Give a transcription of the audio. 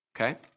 Okay